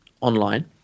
online